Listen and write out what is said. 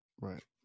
Right